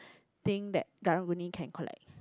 thing that Karang-Guni can collect